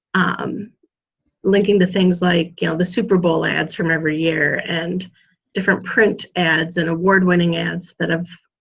um linking the things like you know the super bowl ads from every year and different print ads and award-winning ads that have